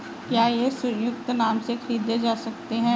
क्या ये संयुक्त नाम से खरीदे जा सकते हैं?